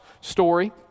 story